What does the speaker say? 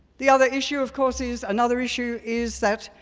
the other issue of course is, another issue is that,